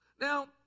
Now